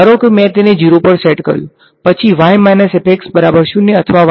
ધારો કે મેં તેને 0 પર સેટ કર્યું પછી અથવા